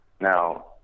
Now